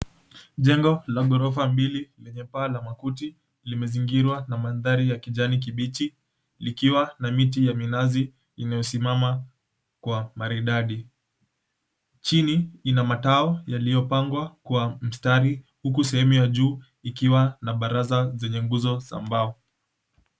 Jengo la ghorofa mbili lenye paa la makuti limezingirwa na mandhari ya kijani kibichi likiwa na miti ya minazi imesimama kwa maridadi. Chini ina matao yaliyopangwa kwa mstari huku sehemu ya juu ikiwa na baraza zenye nguzo za mbao.